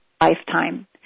lifetime